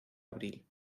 abril